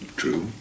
true